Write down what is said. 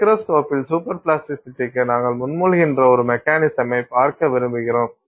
மைக்ரோஸ்கோபில் super பிளாஸ்டிசிட்டிக்கு நாங்கள் முன்மொழிகின்ற ஒரு மெக்கானிசம்மை பார்க்க விரும்புகிறோம்